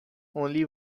only